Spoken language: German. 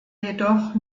jedoch